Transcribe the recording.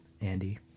Andy